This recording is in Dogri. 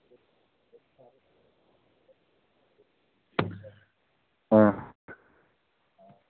आं